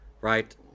right